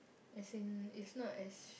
as in it's not as